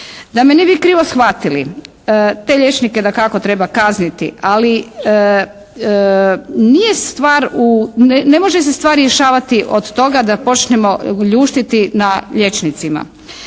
Da me ne bi krivo shvatili, te liječnike dakako treba kazniti ali nije stvar, ne može se stvar rješavati od toga da počnemo ljuštiti na liječnicima.